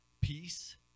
peace